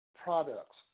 products